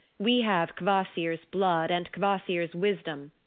we have kvasir's blood and kvasir's wisdom.